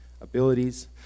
abilities